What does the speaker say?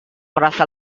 merasa